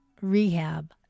rehab